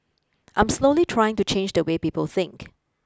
I'm slowly trying to change the way people think